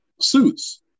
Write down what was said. suits